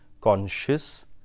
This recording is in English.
conscious